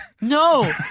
No